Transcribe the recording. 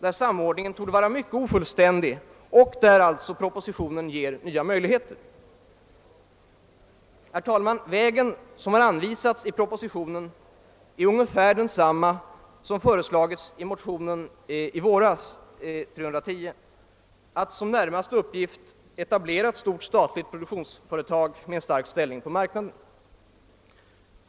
Propositionen syftar här till att skapa nya möjligheter. Den väg som har anvisats i propositionen är ungefär densamma som föreslogs i våras i motionen II:310, att som den närmaste uppgiften etablera ett stort statligt produktionsföretag med stark ställning på marknaden.